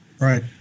Right